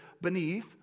beneath